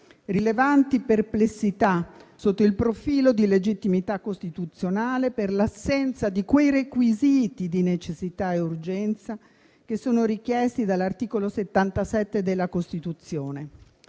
rilevanti perplessità sotto il profilo della legittimità costituzionale, per l'assenza dei requisiti di necessità e urgenza richiesti dall'articolo 77 della Costituzione.